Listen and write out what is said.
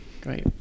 great